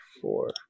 four